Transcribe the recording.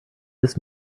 this